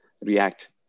react